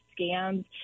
scams